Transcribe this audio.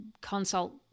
consult